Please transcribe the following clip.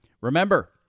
Remember